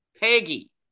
Peggy